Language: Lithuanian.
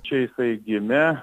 čia jisai gimė